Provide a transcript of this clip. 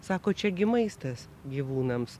sako čia gi maistas gyvūnams